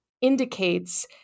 indicates